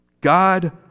God